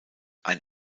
ein